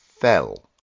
Fell